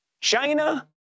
China